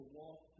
walk